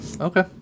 Okay